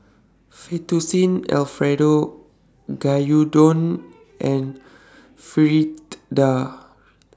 Fettuccine Alfredo Gyudon and Fritada